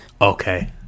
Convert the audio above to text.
Okay